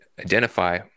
identify